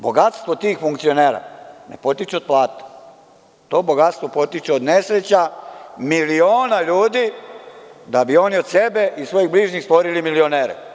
Bogatstvo tih funkcionera ne potiče od plata, to bogatstvo potiče od nesreća miliona ljudi da bi oni od sebe i svojih bližnjih stvorili milionere.